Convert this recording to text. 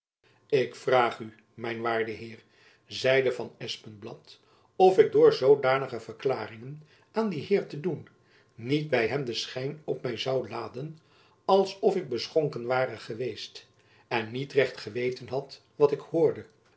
ik vraag u mijn waarde heer zeide van espenblad of ik door zoodanige verklaring aan dien jacob van lennep elizabeth musch heer te doen niet by hem den schijn op my zoû laden als of ik beschonken ware geweest en niet recht geweten had wat ik hoorde